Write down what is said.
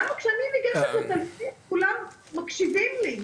למה כשאני ניגשת כולם מקשיבים לי?